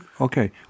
Okay